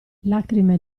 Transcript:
lacrime